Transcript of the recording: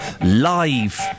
live